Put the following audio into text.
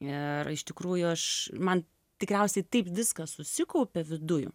ir iš tikrųjų aš man tikriausiai taip viskas susikaupė viduj